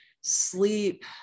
sleep